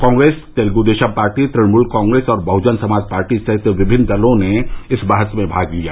Congress Telugu Desam Party Trinamool Congress और Bahujan Samaj Party सहित विभिन्न दलों ने बहस में भाग लिया